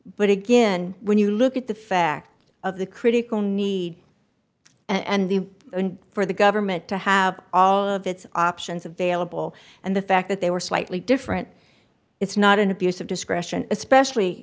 but again when you look at the fact of the critical need and the for the government to have all of its options available and the fact that they were slightly different it's not an abuse of discretion especially